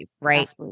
right